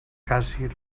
cassi